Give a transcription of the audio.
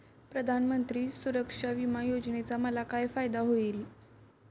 प्रधानमंत्री सुरक्षा विमा योजनेचा मला काय फायदा होईल?